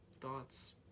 thoughts